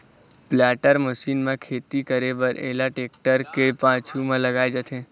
planter machine म खेती करे बर एला टेक्टर के पाछू म लगाए जाथे